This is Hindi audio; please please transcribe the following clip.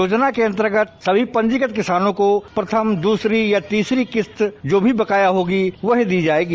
योजना के अन्तर्गत सभी पंजीकृत किसानों को प्रथम दूसरी या तीसरी किस्त जो भी बकाया होगी वह दी जायेगी